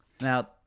Now